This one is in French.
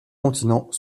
continent